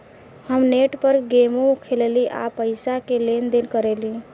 हम नेट पर गेमो खेलेनी आ पइसो के लेन देन करेनी